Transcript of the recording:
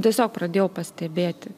tiesiog pradėjau pastebėti